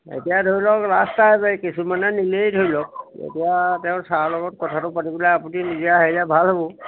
এতিয়া ধৰি লওক ৰাস্তাই পাৰি কিছুমানে নিলেই ধৰি লওক এতিয়া তেওঁ চাৰ লগত কথাটো পাতিবলৈ আপুনি নিজে আহিলে ভাল হ'ব